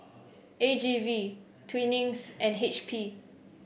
A G V Twinings and H P